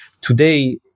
today